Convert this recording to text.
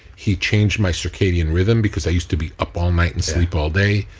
he changed my circadian rhythm because i used to be up all night and sleep all day.